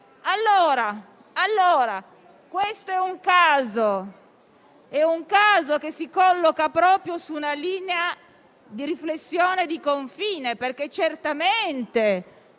esaminando è un caso che si colloca proprio su una linea di riflessione di confine perché certamente